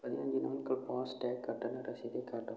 பதினைந்து நாட்கள் ஃபாஸ்டாக் கட்டணக் கசிவை காட்டவும்